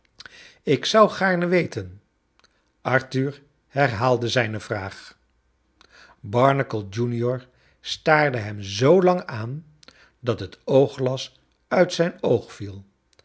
ik zou gaarne weten arthur herhaalde zijne vraag barnacle junior staarde hem zoo lang aan dat het oogglas uit zijn oog viel